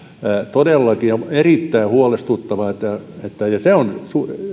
todellakin on erittäin huolestuttavaa ja se on